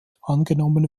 angenommen